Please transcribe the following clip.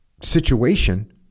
situation